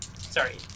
Sorry